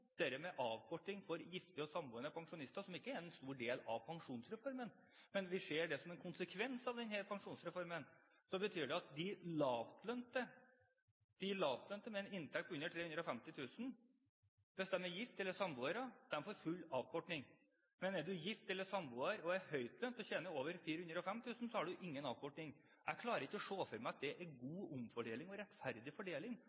med avkorting for gifte og samboende pensjonister, som ikke er en stor del av pensjonsreformen. Men vi ser at som en konsekvens av denne pensjonsreformen vil de lavtlønte med en inntekt på under 350 000 kr, gift eller samboere, få full avkorting, men er man gift eller samboer, høytlønt og tjener over 405 000 kr, har man ingen avkorting. Jeg klarer ikke å se for meg at det er god omfordeling og rettferdig fordeling,